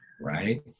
right